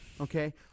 Okay